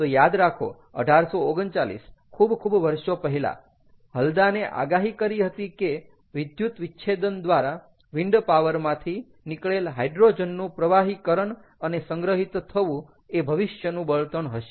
તો યાદ રાખો 1839 ખૂબ ખૂબ વર્ષો પહેલા હલ્દાને આગાહી કરી હતી કે વિદ્યુત વિચ્છેદન દ્વારા વિન્ડ પાવરમાંથી નીકળેલ હાઇડ્રોજનનું પ્રવાહિકરણ અને સંગ્રહિત થવું એ ભવિષ્યનું બળતણ હશે